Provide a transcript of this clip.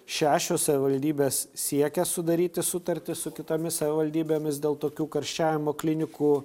šešios savivaldybės siekia sudaryti sutartis su kitomis savivaldybėmis dėl tokių karščiavimo klinikų